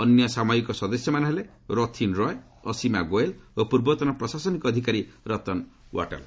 ଅନ୍ୟ ସାମୟିକ ସଦସ୍ୟମାନେ ହେଲେ ରଥିନ୍ ରୟ ଅସିମା ଗୋଏଲ୍ ଓ ପୂର୍ବତନ ପ୍ରଶାସନିକ ଅଧିକାରୀ ରତନ ଓ୍ୱାଟଲ୍